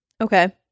Okay